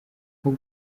nko